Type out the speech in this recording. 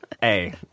hey